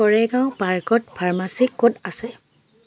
কৰেগাঁও পাৰ্কত ফাৰ্মাচি ক'ত আছে